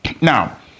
Now